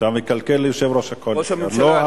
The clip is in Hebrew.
אתה מקלקל ליושב-ראש הקואליציה.